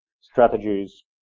strategies